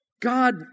God